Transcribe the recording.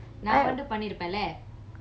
uh you can't draw